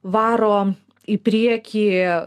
varo į priekį